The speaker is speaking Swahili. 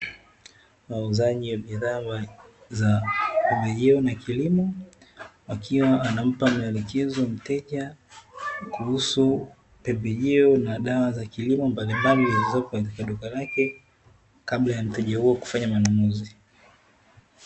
Wauzaji wa bidhaa za pembejeo na kilimo, akiwa anampa maelekezo mteja kuhusu pembejeo na dawa za kilimo mbalimbali zilizopo kwenye duka lake kabla ya mteja huyo kufanya manunuzi.